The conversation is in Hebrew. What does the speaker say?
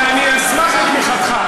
ואני אשמח בתמיכתך,